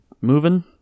moving